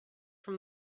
from